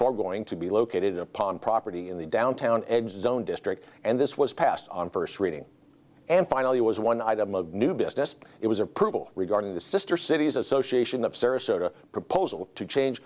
foregoing to be located upon property in the downtown exile in district and this was passed on first reading and finally it was one item of new business it was approval regarding the sister cities association of sarasota proposal to change